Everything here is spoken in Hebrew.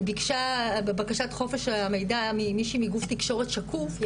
היא בקשה בבקשת חופש המידע ממישהי מגוף תקשורת שקוף,